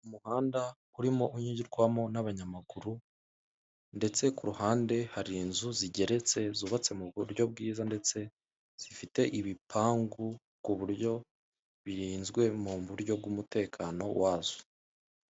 Umuhanda urimo unyurwamo n'abanyamaguru ndetse kuruhande hari inzu zigeretse zubatse mu buryo bwiza ndetse zifite ibipangu kuburyo birinzwe muburyo bw'umutekano wazo.